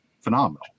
phenomenal